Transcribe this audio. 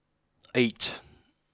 eight